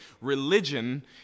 religion